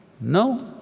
No